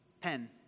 pen